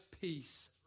peace